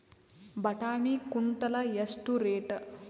ಬಟಾಣಿ ಕುಂಟಲ ಎಷ್ಟು ರೇಟ್?